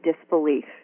disbelief